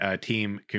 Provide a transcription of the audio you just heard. team